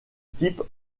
type